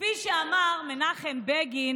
כפי שאמר מנחם בגין,